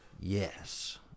Yes